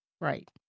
right